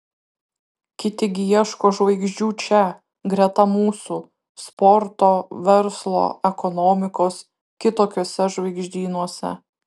kiti gi ieško žvaigždžių čia greta mūsų sporto verslo ekonomikos kitokiuose žvaigždynuose